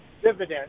Dividend